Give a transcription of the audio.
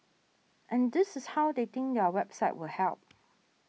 and this is how they think their website will help